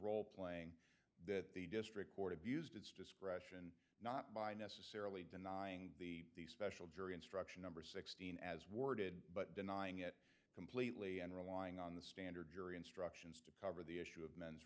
role playing that the district court abused its discretion not by necessarily denying the special jury instruction number sixteen as worded but denying it completely and relying on the standard jury instructions to cover the issue of men